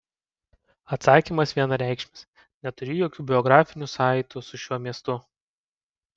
atsakymas vienareikšmis neturiu jokių biografinių saitų su šiuo miestu